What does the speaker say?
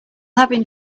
having